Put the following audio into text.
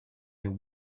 their